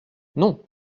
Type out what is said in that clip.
non